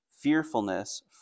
Fearfulness